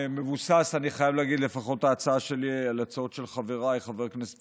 מבוססת על הצעות של חבריי חבר הכנסת